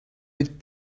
bet